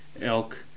Elk